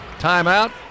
Timeout